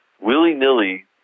willy-nilly